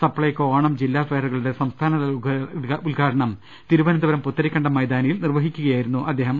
സപ്ലൈകോ ഓണം ജില്ലാ ഫെയറു കളുടെ സംസ്ഥാനതല ഉദ്ഘാടനം തിരുവനന്തപുരം പുത്തരിക്കണ്ടം മൈതാനിയിൽ നിർവഹിക്കുകയായിരുന്നു അദ്ദേഹം